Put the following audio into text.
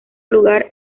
lugar